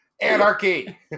Anarchy